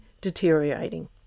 deteriorating